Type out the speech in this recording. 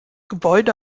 gebäude